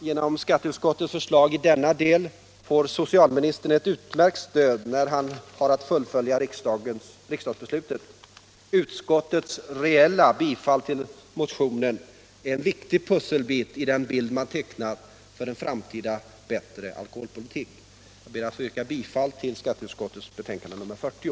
Genom skatteutskottets förslag i denna del får socialministern ett utmärkt stöd när han har att fullfölja riksdagsbeslutet. Utskottets reella bifall till vår motion är en viktig pusselbit i den bild man tecknat för en framtida bättre alkoholpolitik. Jag ber att få yrka bifall till skatteutskottets hemställan i betänkandet nr 40.